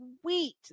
sweet